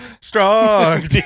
strong